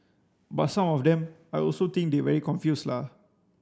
but some of them I also think they very confuse la